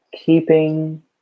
keeping